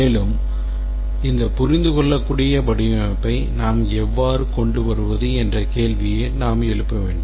மேலும் இந்த புரிந்துகொள்ளக்கூடிய வடிவமைப்பை நாம் எவ்வாறு கொண்டு வருவது என்ற கேள்வியை நாம் எழுப்ப வேண்டும்